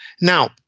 Now